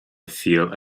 feel